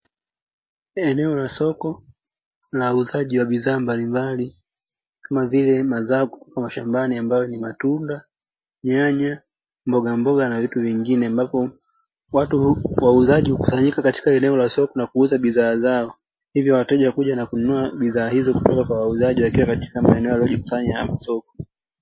Eneo la soko la uuzaji wa bidhaa mbalimbali kama vile mazao kutoka mashambani, ambayo ni: matunda, nyanya, mbogamboga na vitu vingine; ambapo watu/wauzaji hukusanyika eneo la soko kuuza bidhaa zao. Hivyo wateja huja na kununua bidhaa hizo kutoka kwa wauzaji, wakiwa katika maeneo yaliyojikusanya ya masoko.